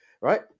right